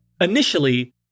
Initially